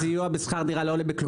-- הסיוע בשכר דירה לא עולה בכלום.